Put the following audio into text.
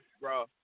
bro